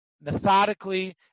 methodically